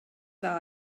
dda